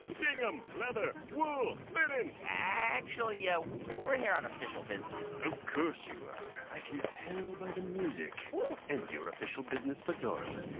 gingham, leather, wool, linen actually, yeah we're here on official business of course you are. i can tell by the music and your official business fedoras.